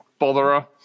botherer